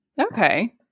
Okay